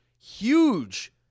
huge